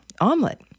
omelet